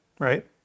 Right